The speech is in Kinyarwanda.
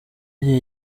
igihe